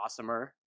awesomer